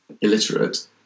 illiterate